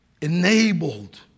enabled